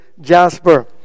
jasper